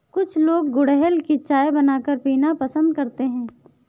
कुछ लोग गुलहड़ की चाय बनाकर पीना पसंद करते है